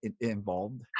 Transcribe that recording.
involved